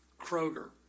Kroger